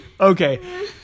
Okay